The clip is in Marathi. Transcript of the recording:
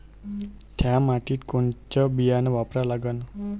थ्या मातीत कोनचं बियानं वापरा लागन?